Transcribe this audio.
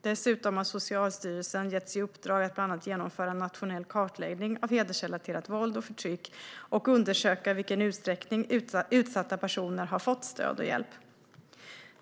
Dessutom har Socialstyrelsen getts i uppdrag att bland annat genomföra en nationell kartläggning av hedersrelaterat våld och förtryck samt undersöka i vilken utsträckning utsatta personer har fått stöd och hjälp.